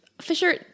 Fisher